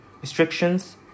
restrictions